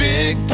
Big